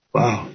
Wow